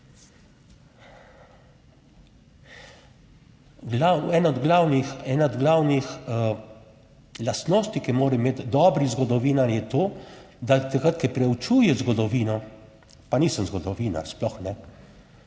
ena od glavnih lastnosti, ki jih mora imeti dobri zgodovinar, je to, da takrat, ko preučuje zgodovino, pa nisem zgodovinar, sploh ne,